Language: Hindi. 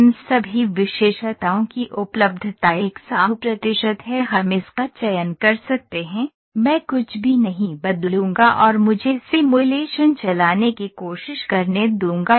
इन सभी विशेषताओं की उपलब्धता 100 प्रतिशत है हम इसका चयन कर सकते हैं मैं कुछ भी नहीं बदलूंगा और मुझे सिमुलेशन चलाने की कोशिश करने दूंगा